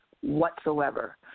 whatsoever